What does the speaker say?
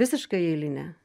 visiškai eilinė